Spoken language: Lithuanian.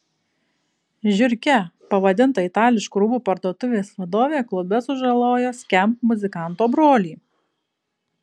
žiurke pavadinta itališkų rūbų parduotuvės vadovė klube sužalojo skamp muzikanto brolį